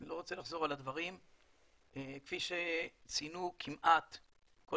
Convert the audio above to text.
אבל לא כך המצב כשהוא יודע שיש לו מספר אופציות להזדהות שהוא יכול לבחור